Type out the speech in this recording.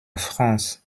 france